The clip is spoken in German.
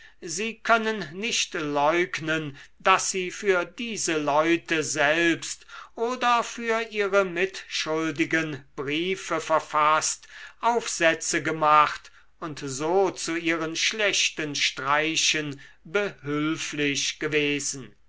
sie können nicht leugnen daß sie für diese leute selbst oder für ihre mitschuldigen briefe verfaßt aufsätze gemacht und so zu ihren schlechten streichen behülflich gewesen